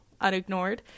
unignored